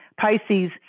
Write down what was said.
Pisces